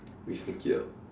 we sneak it out